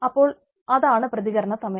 അപ്പോൾ അതാണ് പ്രതികരണ സമയം